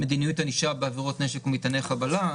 מדיניות ענישה בעבירות נשק ומטעני חבלה.